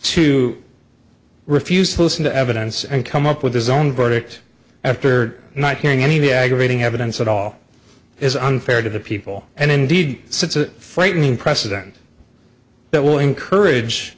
to refuse to listen to evidence and come up with his own verdict after not hearing any of the aggravating evidence at all is unfair to the people and indeed since a frightening precedent that will encourage